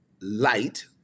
light